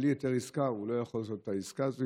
בלי היתר עסקה הוא לא יכול לעשות את העסקה הזו,